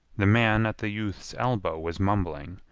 the man at the youth's elbow was mumbling,